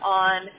on